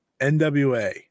NWA